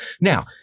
Now